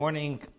Morning